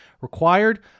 required